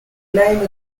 name